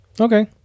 Okay